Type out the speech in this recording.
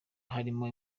harimo